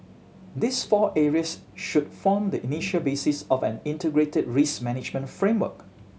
these four areas should form the initial basis of an integrated risk management framework